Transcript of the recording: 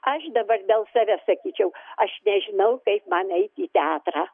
aš dabar dėl savęs sakyčiau aš nežinau kaip man eit į teatrą